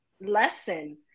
lesson